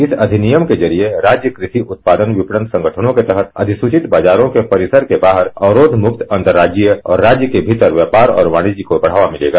इस अधिनियम के जरिए राज्य कृषि उत्पादन विपणन संगठनों के तहत अधिसूचित बाजारों के परिसर के बाहर अवरोध मुक्त अंतर राज्य और इंट्रा राज्य व्यापार और वाणिज्य को बढ़ावा मिलेगा